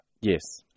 Yes